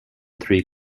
three